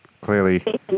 clearly